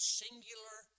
singular